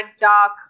dark